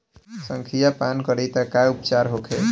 संखिया पान करी त का उपचार होखे?